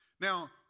Now